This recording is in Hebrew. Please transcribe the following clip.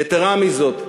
יתרה מזאת,